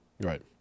Right